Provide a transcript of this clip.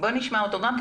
--- בואו נשמע אותו גם.